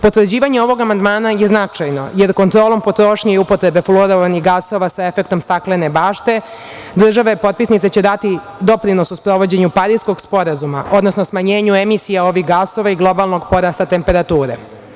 Potvrđivanje ovog amandmana je značajno, jer kontrolom potrošnje i upotrebe fluorovanih gasova sa efektom staklene bašte, države potpisnice će dati doprinos u sprovođenju Pariskog sporazuma, odnosno smanjenju emisija ovih gasova i globalnog porasta temperature.